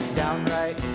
downright